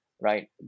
right